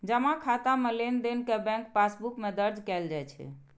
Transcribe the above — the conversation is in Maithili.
जमा खाता मे लेनदेन कें बैंक पासबुक मे दर्ज कैल जाइ छै